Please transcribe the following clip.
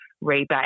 rebate